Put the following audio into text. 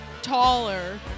taller